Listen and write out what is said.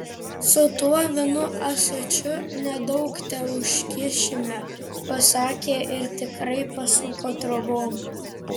su tuo vienu ąsočiu nedaug teužkišime pasakė ir tikrai pasuko trobon